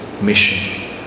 mission